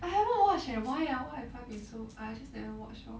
I haven't watch eh why ah why have I been so I just never watch lor